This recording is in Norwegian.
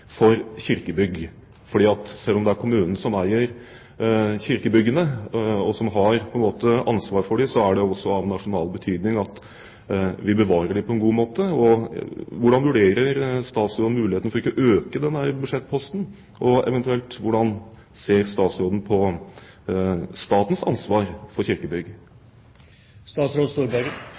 for kirkebygg, fordi, selv om det er kommunen som eier kirkebyggene, og som har ansvar for dem, så er det også av nasjonal betydning at vi bevarer dem på en god måte. Hvordan vurderer statsråden muligheten for å øke denne budsjettposten, og, eventuelt, hvordan ser statsråden på statens ansvar for kirkebygg?